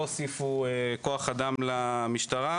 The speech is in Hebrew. לא הוסיפו כוח-אדם למשטרה,